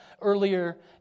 earlier